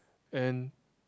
and